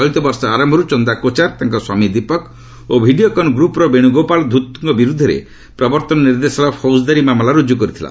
ଚଳିତ ବର୍ଷ ଆରମ୍ଭର୍ ଚନ୍ଦାକୋଚାର ତାଙ୍କ ସ୍ୱାମୀ ଦୀପକ ଓ ଭିଡ଼ିଓକନ ଗ୍ରପ୍ର ବେଣୁଗୋପାଳ ଧ୍ରତଙ୍କ ବିରୃଦ୍ଧରେ ପ୍ରବର୍ତ୍ତନ ନିର୍ଦ୍ଦେଶାଳୟ ଫୌଜଦାରୀ ମାମଲା ର୍ତଜ୍ କରିଥିଲା